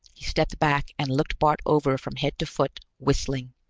he stepped back and looked bart over from head to foot, whistling.